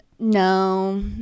No